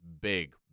big